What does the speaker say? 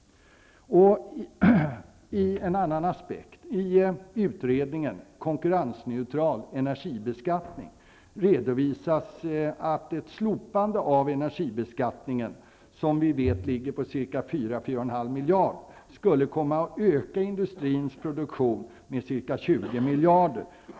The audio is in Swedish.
Så till en annan aspekt. I utredningen Konkurrensneutral energibeskattning redovisas att ett slopande av energibeskattningen, som vi vet ligger på 4 -- 4,5 miljarder, skulle komma att öka industrins produktion med ca 20 miljarder.